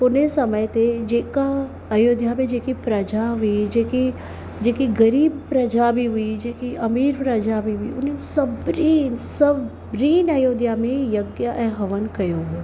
उन जे समय ते जेका आयोध्या में जेकी प्रजा हुई जेकी जेकी ग़रीब प्रजा बि हुई जेकी अमीर प्रजा बि हुई उन्हनि सभिनी सभिनीनि आयोध्या में यज्ञ ऐं हवन कयो हो